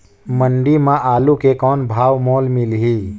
मंडी म आलू के कौन भाव मोल मिलही?